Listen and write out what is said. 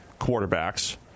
quarterbacks